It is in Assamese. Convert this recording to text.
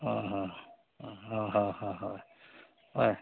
হয়